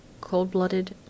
cold-blooded